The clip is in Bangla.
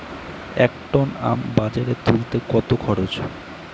এক টন আম বাজারে তুলতে কত খরচ?